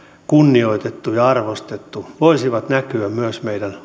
kunnioitettu ja arvostettu voisivat näkyä myös meidän